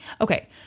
Okay